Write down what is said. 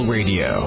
Radio